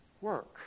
work